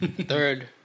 Third